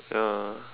ya